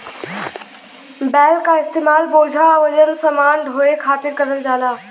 बैल क इस्तेमाल बोझा वजन समान ढोये खातिर करल जाला